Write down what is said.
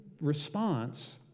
response